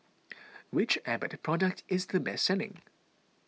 which Abbott product is the best selling